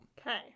Okay